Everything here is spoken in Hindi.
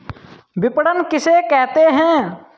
विपणन किसे कहते हैं?